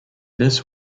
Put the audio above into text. this